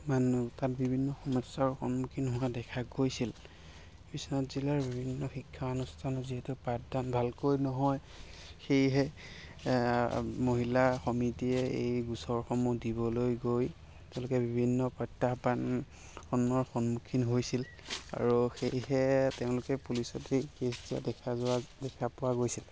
মানুহ তাত বিভিন্ন সমস্যাৰ সন্মুখীন হোৱা দেখা গৈছিল বিশ্বনাথ জিলাৰ বিভিন্ন শিক্ষানুষ্ঠান যিহেতু পাঠদান ভালকৈ নহয় সেয়েহে মহিলা সমিতিয়ে এই গোচৰসমূহ দিবলৈ গৈ তেওঁলোকে বিভিন্ন প্ৰত্যাহ্বানসমূহৰ সন্মুখীন হৈছিল আৰু সেয়েহে তেওঁলোকে পুলিচত দি কেছ দিয়া দেখা যোৱা দেখা পোৱা গৈছিল